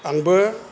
आंबो